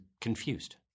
confused